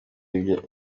birori